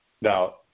Now